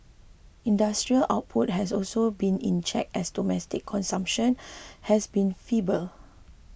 industrial output has also been in check as domestic consumption has been feeble